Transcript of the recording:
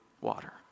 water